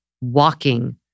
walking